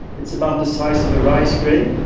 it's about the size of a rice grain.